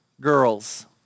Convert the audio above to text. girls